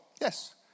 Yes